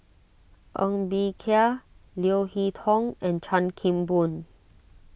Ng Bee Kia Leo Hee Tong and Chan Kim Boon